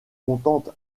contente